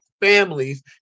families